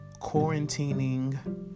quarantining